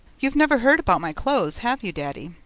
you've never heard about my clothes, have you, daddy?